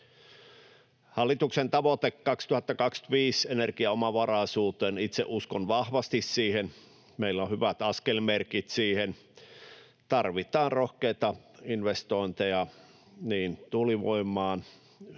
Hallituksen tavoitteeseen, energiaomavaraisuuteen 2025, uskon itse vahvasti. Meillä on hyvät askelmerkit siihen. Tarvitaan rohkeita investointeja tuulivoimaan,